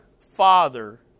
Father